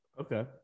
Okay